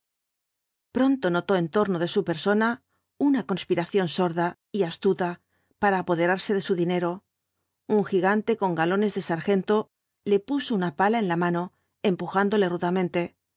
pronto notó en torno de su persona una conspiración sorda y astuta para apoderarse de su dinero un gigante con galones de sargento le puso una pala en la mano empujándole rudamente